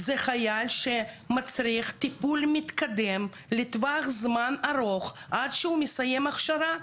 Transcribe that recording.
זה חייל שמצריך טיפול מתקדם לטווח זמן ארוך עד שהוא מסיים הכשרה.